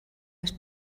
les